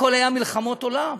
הכול היה מלחמות עולם.